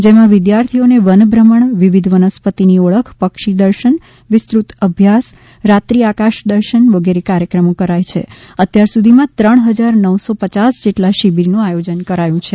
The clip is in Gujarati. જેમાં વિદ્યાર્થીઓને વનભ્રમણ વિવિધ વનસ્પતિની ઓળખ પક્ષી દર્શન તેનો વિસ્તૃત અભ્યાસ રાત્રિ આકાશ દર્શન વગેરે કાર્યક્રમો કરાય છે અત્યાર સુધીમાં ત્રણ હજાર નવસો પયાસ જેટલા શિબિરનું આયોજન કરાયું છે